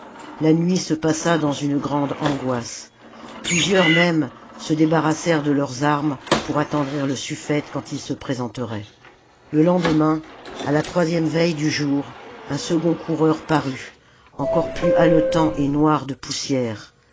la nuit se passa dans une grande angoisse plusieurs même se débarrassèrent de leurs armes pour attendrir le sufifete quand il se présenterait le lendemain à la troisième veille du jour un second coureur parut encore plus haletant et noir de poussière